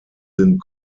sind